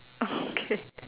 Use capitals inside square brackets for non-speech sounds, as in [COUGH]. okay [LAUGHS]